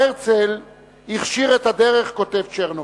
"הרצל הכשיר את הדרך", כותב צ'רנוביץ.